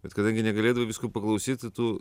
bet kadangi negalėdavai visko paklausyt tai tu